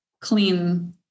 clean